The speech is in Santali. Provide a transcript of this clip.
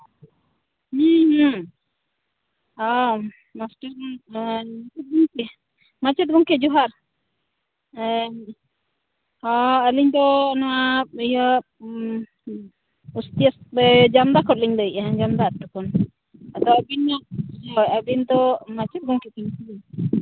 ᱦᱮᱸ ᱦᱮᱸ ᱦᱮᱸ ᱢᱟᱥᱴᱟᱨ ᱜᱮ ᱢᱟᱥᱴᱟᱨ ᱜᱮᱢᱚᱠᱮ ᱢᱟᱪᱮᱫ ᱜᱚᱢᱠᱮ ᱡᱚᱦᱟᱨ ᱟᱹᱞᱤᱧ ᱫᱚ ᱱᱚᱣᱟ ᱤᱭᱟᱹ ᱡᱟᱢᱫᱟ ᱠᱷᱚᱡ ᱞᱤᱧ ᱞᱟᱹᱭᱮᱫᱼᱟ ᱡᱟᱢᱫᱟ ᱟᱹᱛᱩ ᱠᱷᱚᱱ ᱟᱫᱚ ᱟᱹᱵᱤᱱ ᱦᱮᱸ ᱟᱹᱵᱤᱱ ᱛᱚ ᱢᱟᱪᱮᱫ ᱜᱚᱢᱠᱮ ᱠᱟᱱᱟ ᱥᱮᱵᱟᱝ